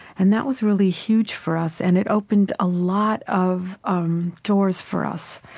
and that was really huge for us, and it opened a lot of um doors for us,